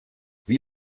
wie